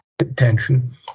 attention